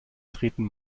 treten